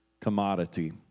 commodity